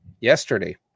yesterday